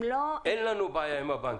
אין לנו בעיה עם הבנקים.